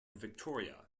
victoria